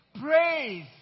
praise